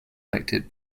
elected